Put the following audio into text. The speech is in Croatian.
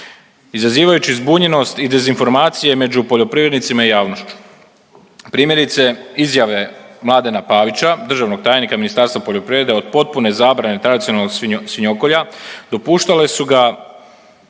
Izazivajući zbunjenost i dezinformacije među poljoprivrednicima i javnošću. Primjerice izjave Mladena Pavića, državnog tajnika Ministarstva poljoprivrede od potpune zabrane tradicionalnog svinjokolja, dopuštale su ga